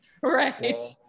right